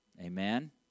Amen